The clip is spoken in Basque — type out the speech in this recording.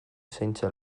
zaintza